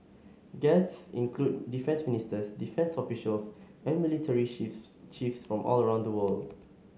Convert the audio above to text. guests included defence ministers defence officials and military shifts chiefs from all around the world